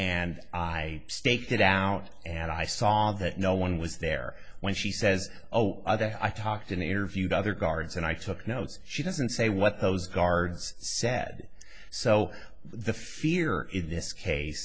and i staked it out and i saw that no one was there when she says oh other i talked interviewed other guards and i took notes she doesn't say what those guards said so the fear in this case